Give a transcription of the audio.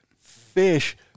fish